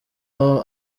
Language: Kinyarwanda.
aho